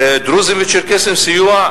דרוזים וצ'רקסים סיוע,